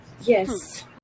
yes